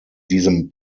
diesem